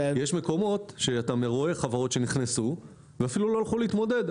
יש מקומות שאתה רואה חברות שנכנסו ואפילו לא הלכו להתמודד.